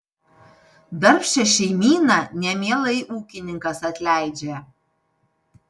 darbščią šeimyną nemielai ūkininkas atleidžia